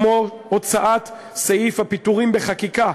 כמו הוצאת סעיף הפיטורים בחקיקה,